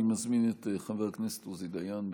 אני מזמין את חבר הכנסת עוזי דיין.